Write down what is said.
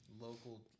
Local